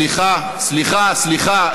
סליחה, סליחה, סליחה.